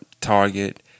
Target